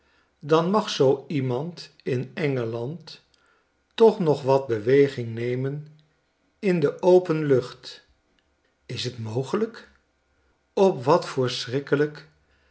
dan mag zoo iemand in engeland toch nog wat beweging nemen in de open lucht is t mogelijk op wat voor